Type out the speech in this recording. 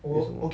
为什么